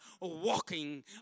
walking